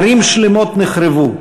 ערים שלמות נחרבו,